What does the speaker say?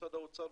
משרד האוצר,